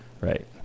Right